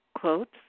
quotes